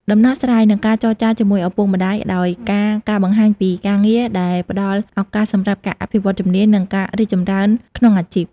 ដំណោះស្រាយ និងការចរចារជាមួយឪពុកម្ដាយដោយការការបង្ហាញពីការងារដែលផ្តល់ឱកាសសម្រាប់ការអភិវឌ្ឍន៍ជំនាញ និងការរីកចម្រើនក្នុងអាជីព។